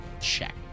check